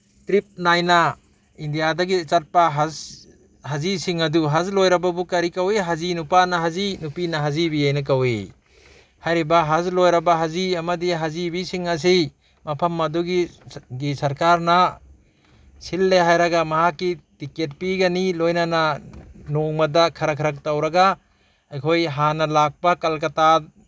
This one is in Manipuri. ꯇ꯭ꯔꯤꯞ ꯅꯥꯏꯅ ꯏꯟꯗꯤꯌꯥꯗꯒꯤ ꯆꯠꯄ ꯍꯁ ꯍꯖꯤꯁꯤꯡ ꯑꯗꯨ ꯍꯁ ꯂꯣꯏꯔꯕꯕꯨ ꯀꯔꯤ ꯀꯧꯋꯤ ꯍꯖꯤ ꯅꯨꯄꯥꯅ ꯍꯖꯤ ꯅꯨꯄꯤꯅ ꯍꯖꯤꯕꯤꯅ ꯀꯧꯋꯤ ꯍꯥꯏꯔꯤꯕ ꯍꯁ ꯂꯣꯏꯔꯕ ꯍꯖꯤ ꯑꯃꯗꯤ ꯍꯖꯤꯕꯤꯁꯤꯡ ꯑꯁꯤ ꯃꯐꯝ ꯑꯗꯨꯒꯤ ꯁꯔꯀꯥꯔꯅ ꯁꯤꯜꯂꯦ ꯍꯥꯏꯔꯒ ꯃꯍꯥꯛꯀꯤ ꯇꯤꯀꯦꯠ ꯄꯤꯒꯅꯤ ꯂꯣꯏꯅꯅ ꯅꯣꯡꯃꯗ ꯈꯔ ꯈꯔ ꯇꯧꯔꯒ ꯑꯩꯈꯣꯏ ꯍꯥꯟꯅ ꯂꯥꯛꯄ ꯀꯜꯀꯇꯥ